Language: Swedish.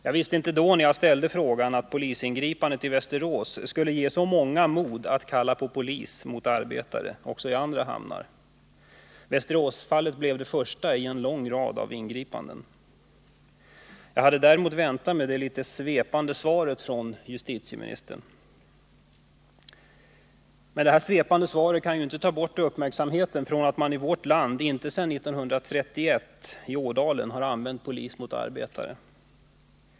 Jag visste inte, när jag ställde frågan, att polisingripandet i Västerås skulle ge så många mod att kalla på polis mot arbetare också i andra hamnar. Västeråsfallet blev det första i en lång rad av ingripanden. Jag hade däremot väntat mig det litet svepande svaret från justitieministern. Men det här svepande svaret kan inte ta bort uppmärksamheten från att mani vårt land inte sedan 1931—i Ådalen — använt polis mot arbetare.